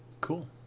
Cool